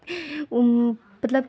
ओ मतलब